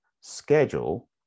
schedule